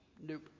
nope